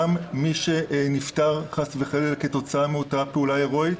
גם מי שנפטר חלילה כתוצאה מאותה פעולה הירואית